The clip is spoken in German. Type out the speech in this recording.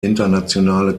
internationale